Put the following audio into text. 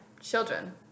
Children